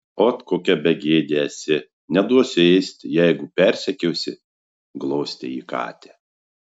ot kokia begėdė esi neduosiu ėsti jeigu persekiosi glostė ji katę